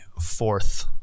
fourth